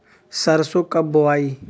सरसो कब बोआई?